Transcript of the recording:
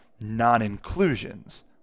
non-inclusions